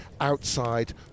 outside